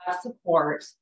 support